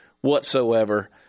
whatsoever